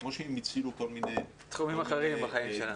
כמו שהם הצילו -- כל מיני תחומים אחרים בחיים שלנו.